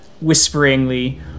whisperingly